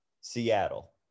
Seattle